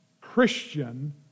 Christian